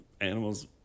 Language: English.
Animals